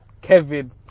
Kevin